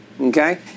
okay